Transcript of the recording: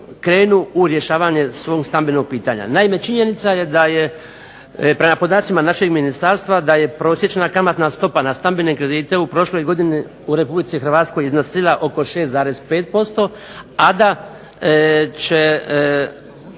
krenu u rješavanje svog stambenog pitanja. Naime, činjenica je da je prema podacima našeg ministarstva da je prosječna kamatna stopa na stambene kredite u prošloj godini u Republici Hrvatskoj iznosila oko 6,5%, a da će